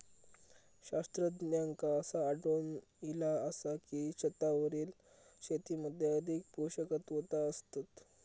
शास्त्रज्ञांका असा आढळून इला आसा की, छतावरील शेतीमध्ये अधिक पोषकतत्वा असतत